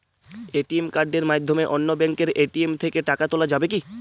ATM কার্ডের মাধ্যমে অন্য ব্যাঙ্কের এ.টি.এম থেকে টাকা তোলা যাবে কি?